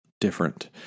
different